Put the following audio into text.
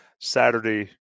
Saturday